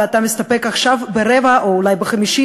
ואתה מסתפק עכשיו ברבע או אולי בחמישית,